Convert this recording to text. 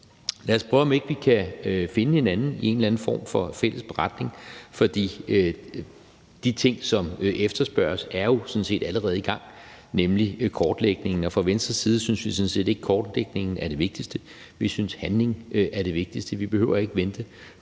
Lad os prøve, om ikke vi kan finde hinanden i en eller anden form for fælles beretning, for de ting, som efterspørges, er jo sådan set allerede i gang, nemlig kortlægningen. Fra Venstres side synes vi sådan set ikke, at kortlægning er det vigtigste; vi synes, at handling er det vigtigste. Vi behøver ikke at vente